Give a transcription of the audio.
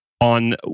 on